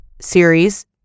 series